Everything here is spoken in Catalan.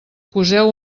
poseu